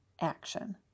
action